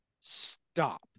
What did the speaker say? Stop